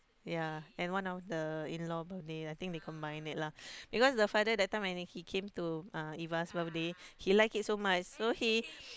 ya and one of the in law birthday I think they combined it lah because the father that time when he he came to uh Eva's birthday he liked it so much so he